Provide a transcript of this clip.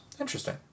Interesting